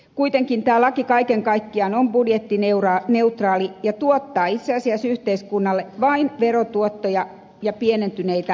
kuitenkin tämä laki kaiken kaikkiaan on budjettineutraali ja tuottaa itse asiassa yhteiskunnalle vain verotuottoja ja pienentyneitä sairaanhoitokuluja